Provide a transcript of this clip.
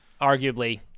arguably